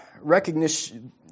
recognition